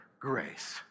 grace